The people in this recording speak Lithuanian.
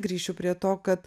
grįšiu prie to kad